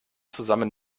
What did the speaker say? zusammen